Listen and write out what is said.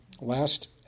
last